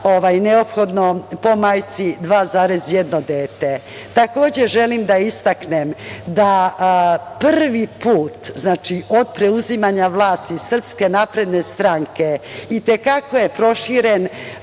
neophodno po majci 2,1 dete. Takođe, želim da istaknem da je prvi put od preuzimanja vlasti Srpske napredne stranke i te kako proširen